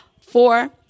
Four